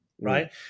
right